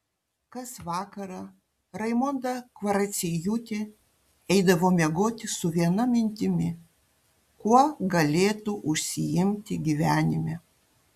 kas vakarą raimonda kvaraciejūtė eidavo miegoti su viena mintimi kuo galėtų užsiimti gyvenime